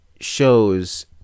shows